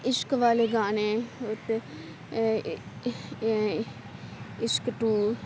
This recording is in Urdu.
عشق والے گانے عشق ٹو